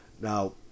Now